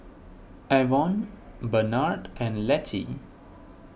Avon Benard and Lettie